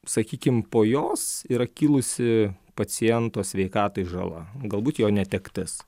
sakykim po jos yra kilusi paciento sveikatai žala galbūt jo netektis